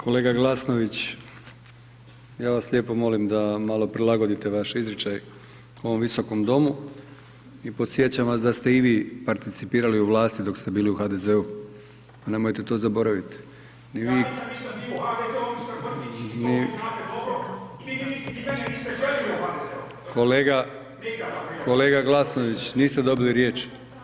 Kolega Glasnović, ja vas lijepo molim da malo prilagodite vaš izričaj ovom visokom domu i podsjećam vas da ste i vi participirali u vlasti dok ste bili u HDZ-u, nemojte to zaboravit, ni vi … [[Upadica Glasnović se ne razumije]] Kolega, kolega Glasnović, niste dobili riječ.